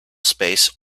space